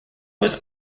was